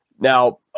Now